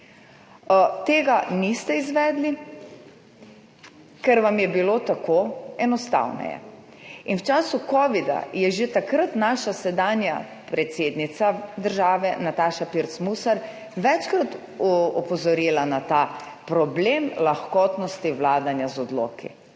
Tega niste izvedli, ker vam je bilo tako enostavneje. V času covida je že takrat naša sedanja predsednica države Nataša Pirc Musar večkrat opozorila na problem lahkotnosti vladanja z odloki.